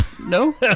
No